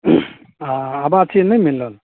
आ आवासीय नहि मिलल